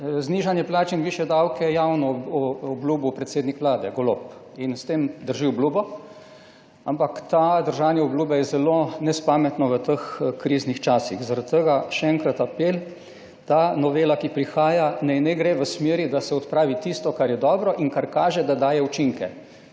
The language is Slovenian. znižanje plač in višje davke javno obljubil predsednik Vlade Golob in s tem drži obljubo. Ampak to držanje obljube je zelo nespametno v teh kriznih časih, zaradi tega še enkrat apel, ta novela, ki prihaja, naj ne gre v smeri, da se odpravi tisto, kar je dobro in kar kaže, da daje učinke.